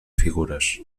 figures